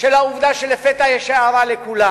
העובדה שלפתע יש הארה לכולם.